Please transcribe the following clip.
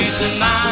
tonight